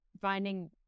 finding